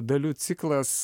dalių ciklas